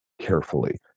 carefully